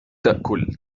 تأكل